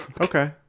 okay